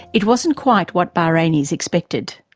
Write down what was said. it wasn't quite what bahrainis expected.